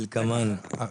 לא,